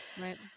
right